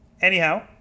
Anyhow